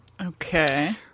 Okay